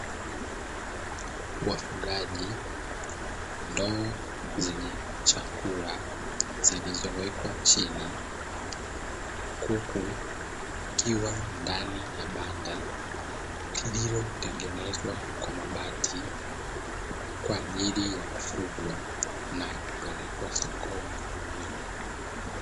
Wafugaji, ndoo zenye chakula zilizowekwa chini, kuku wakiwa ndani ya banda lililotengenezwa kwa mabati, kwa ajili ya kufugwa na kupelekwa sokoni kuuzwa.